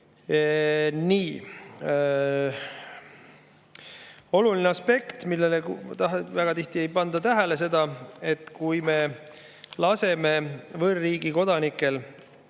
Oluline aspekt, mida väga tihti ei panda tähele, on see, et kui me laseme võõrriigi kodanikel